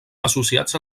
associats